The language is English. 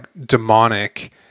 demonic